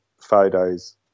photos